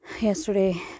Yesterday